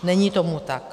Není tomu tak.